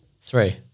Three